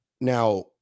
Now